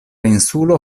insulo